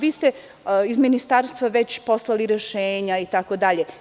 Vi ste iz Ministarstva već poslali rešenja, itd.